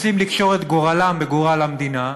רוצים לקשור את גורלם בגורל המדינה,